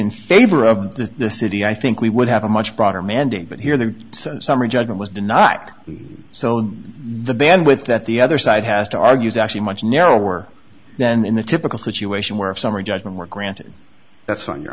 in favor of the city i think we would have a much broader mandate but here the summary judgment was do not act so the bandwidth that the other side has to argue is actually much narrower than in the typical situation where if summary judgment were granted that's when you